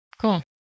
cool